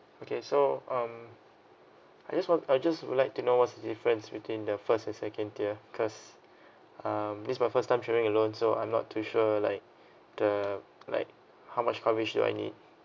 okay so um I just want I just would like to know what's the difference between the first and second tier because um this my first time travelling alone so I'm not too sure like the like how much coverage do I need